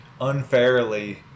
unfairly